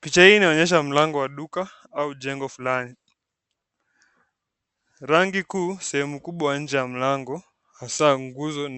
Picha hii inaonyesha mlango wa duka au jengo fulani. Rangi kuu, sehemu kubwa ya nje ya mlango, haswa nguzo